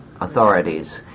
authorities